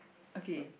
okay